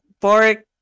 pork